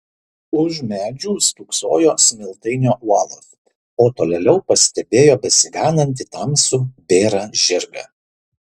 už medžių stūksojo smiltainio uolos o tolėliau pastebėjo besiganantį tamsų bėrą žirgą